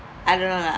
I don't know lah